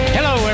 Hello